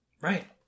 Right